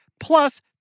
plus